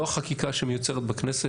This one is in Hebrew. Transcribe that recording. לא החקיקה שמיוצרת בכנסת,